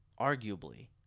arguably